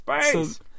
Space